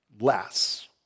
less